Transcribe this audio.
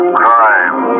crime